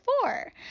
four